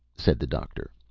said the doctor,